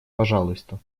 пожалуйста